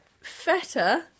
feta